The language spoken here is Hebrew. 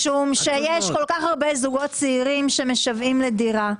משום שיש כל כך הרב זוגות צעירים שמשוועים לדירה.